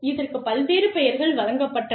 இதற்கு பல்வேறு பெயர்கள் வழங்கப்பட்டன